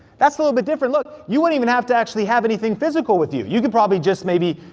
that's a little bit different, look, you won't even have to actually have anything physical with you, you could probably just maybe,